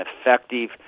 effective